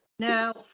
Now